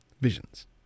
Visions